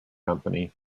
company